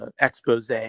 expose